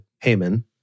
Haman